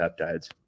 peptides